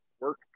work